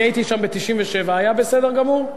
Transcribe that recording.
אני הייתי שם ב-1997, היה בסדר גמור.